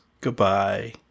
goodbye